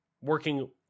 working